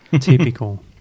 Typical